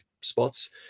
spots